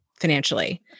financially